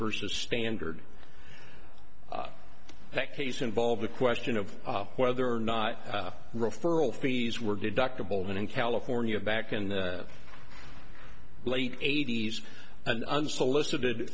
versus standard that case involves a question of whether or not referral fees were deductible and in california back in the late eighty's an unsolicited